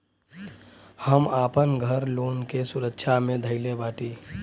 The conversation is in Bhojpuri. हम आपन घर लोन के सुरक्षा मे धईले बाटी